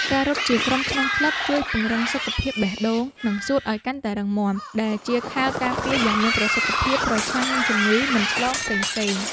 ការរត់ជាក្រុមក្នុងក្លឹប ជួយពង្រឹងសុខភាពបេះដូង និងសួតឱ្យកាន់តែរឹងមាំ ដែលជាខែលការពារយ៉ាងមានប្រសិទ្ធភាពប្រឆាំងនឹងជំងឺមិនឆ្លងផ្សេងៗ។